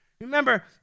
Remember